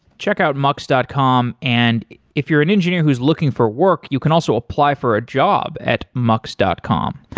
check out mux dot com and if you're an engineer whose looking for work, you can also apply for a job at mux dot com.